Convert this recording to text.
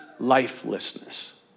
lifelessness